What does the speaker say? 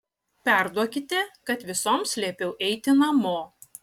perduokite kad visoms liepiau eiti namo